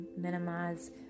minimize